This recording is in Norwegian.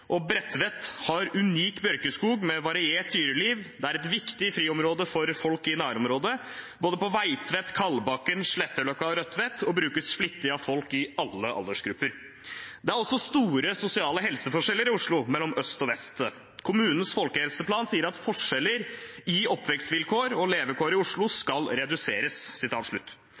har unik bjørkeskog med et variert dyreliv. Det er et viktig friområde for folk i nærområdene, både på Veitvet, Kalbakken, Sletteløkka og Rødtvet, og brukes flittig av folk i alle aldersgrupper. Det er store sosiale helseforskjeller i Oslo mellom øst og vest. Kommunens folkehelseplan sier at «forskjeller i oppvekstvilkår og levekår i Oslo skal reduseres».